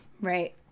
Right